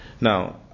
Now